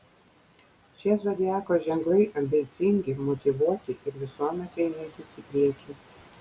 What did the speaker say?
šie zodiako ženklai ambicingi motyvuoti ir visuomet einantys į priekį